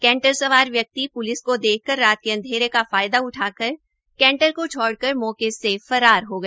canter सवार व्यक्ति police party को देखकर रात के अंधेरे का फायदा उठाकर कैंटर को छोडकर मौके से फरार हो गया